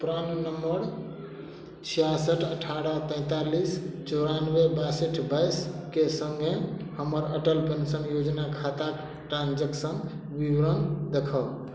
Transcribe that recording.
प्राण number छियासठ अठारह तैंतालीस चौरानबे बासठ बाइसके संगे हमर अटल पेंशन योजना खाताक ट्रांजेक्शन विवरण देखाउ